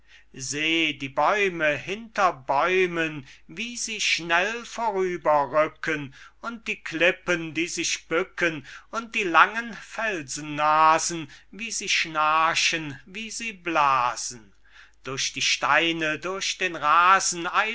die bäume hinter bäumen wie sie schnell vorüber rücken und die klippen die sich bücken und die langen felsennasen wie sie schnarchen wie sie blasen durch die steine durch den rasen